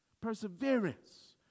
perseverance